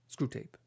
Screwtape